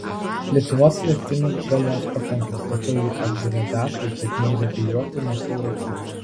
lietuvos elektrinių galios pakanka tačiau jų agregatai dažniui reguliuoti nepritaikyti